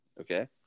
Okay